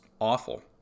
awful